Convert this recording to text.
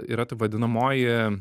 yra taip vadinamoji